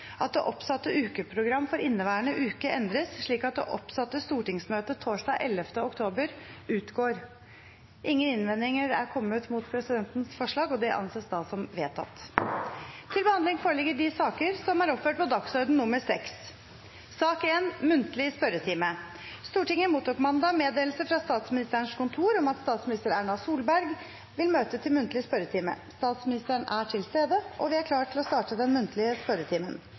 at det oppsatte ukeprogrammet for inneværende uke endres slik at det oppsatte stortingsmøtet torsdag 11. oktober utgår. – Ingen innvendinger er kommet mot presidentens forslag, og det anses da som vedtatt. Stortinget mottok mandag meddelelse fra Statsministerens kontor om at statsminister Erna Solberg vil møte til muntlig spørretime. Statsministeren er til stede, og vi er klare til å starte den muntlige spørretimen.